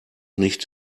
nicht